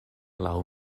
laŭ